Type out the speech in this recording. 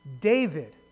David